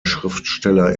schriftsteller